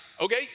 okay